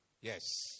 Yes